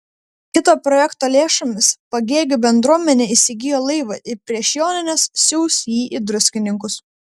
kito projekto lėšomis pagėgių bendruomenė įsigijo laivą ir prieš jonines siųs jį į druskininkus